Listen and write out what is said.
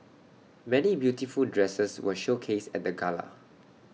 many beautiful dresses were showcased at the gala